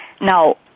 Now